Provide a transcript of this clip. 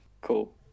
Cool